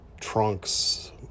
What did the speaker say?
trunks